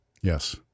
yes